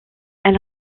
elle